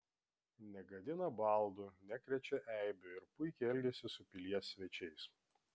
negadina baldų nekrečia eibių ir puikiai elgiasi su pilies svečiais